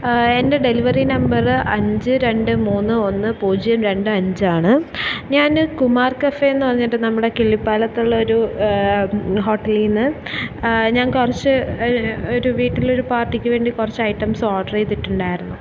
എൻ്റെ delivery number അഞ്ച് രണ്ട് മൂന്ന് ഒന്ന് പൂജ്യം രണ്ട് അഞ്ചാണ് ഞാൻ കുമാർ കഫേന്നു പറഞ്ഞിട്ട് നമ്മുടെ കിള്ളിപ്പാലത്തുള്ളൊരു ഹോട്ടലിന്ന് ഞാൻ കുറച്ച് ഒരു വീട്ടിലൊരു പാർട്ടിക്കുവേണ്ടി കുറച്ച് ഐറ്റംസ് ഓർഡർ ചെയ്തിട്ടുണ്ടായിരുന്നു